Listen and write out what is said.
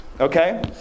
Okay